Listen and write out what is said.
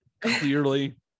Clearly